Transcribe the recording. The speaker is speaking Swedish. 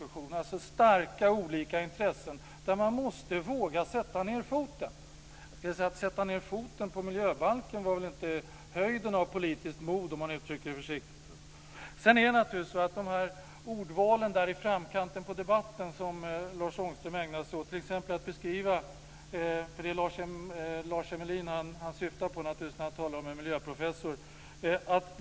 Det finns alltså starka olika intressen, och man måste våga sätta ned foten. Att sätta ned foten på miljöbalken var väl, försiktigt uttryckt, inte höjden av politiskt mod. Lars Ångström ägnar sig åt ordval där i framkanten på debatten. Han syftar naturligtvis på Lars Emmelin när han talar om en miljöprofessor.